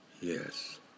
Yes